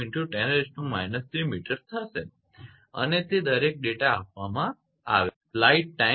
2×10−3 mt થશે અને તે દરેક ડેટા આપવામાં આવેલા છે